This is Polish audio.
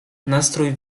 nastrój